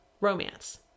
romance